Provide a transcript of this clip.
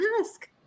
ask